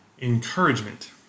encouragement